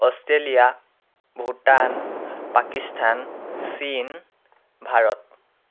Australia Bhutan Pakistan চীন ভাৰত